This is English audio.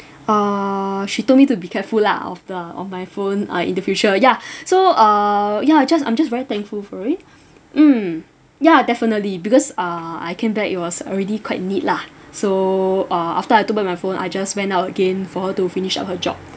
uh she told me to be careful lah of the of my phone uh in the future ya so uh ya just I'm just very thankful for it mm yeah definitely because err I came back it was already quite neat lah so err after I took back my phone I just went out again for her to finish up her job